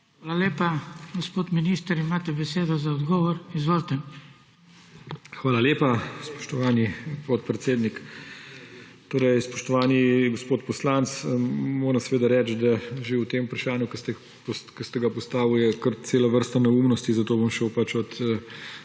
Hvala lepa. Gospod minister, imate besedo za odgovor. Izvolite. ALEŠ HOJS: Hvala lepa, spoštovani podpredsednik. Spoštovani gospod poslanec, moram reči, da je že v tem vprašanju, ki ste ga postavili, kar cela vrsta neumnosti, zato bom šel od